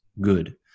good